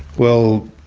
well,